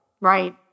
right